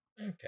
Okay